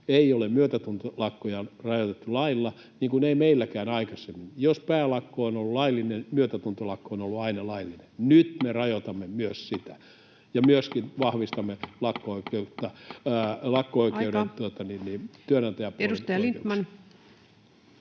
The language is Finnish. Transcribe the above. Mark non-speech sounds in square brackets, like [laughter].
ei ole myötätuntolakkoja rajoitettu lailla, niin kuin ei meilläkään aikaisemmin. Jos päälakko on ollut laillinen, myötätuntolakko on ollut aina laillinen. [noise] Nyt me rajoitamme myös sitä ja myöskin vahvistamme [Puhemies: Aika!] työnantajapuolen oikeuksia.